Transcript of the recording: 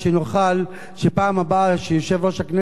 שפעם הבאה שיושב-ראש הכנסת מגיע לגליל,